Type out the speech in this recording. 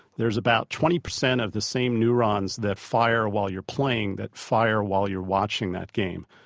there's about twenty percent of the same neurons that fire while you're playing, that fire while you're watching that game.